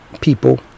people